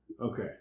Okay